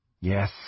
Yes